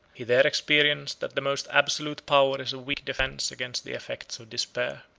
he there experienced that the most absolute power is a weak defence against the effects of despair.